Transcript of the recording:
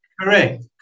correct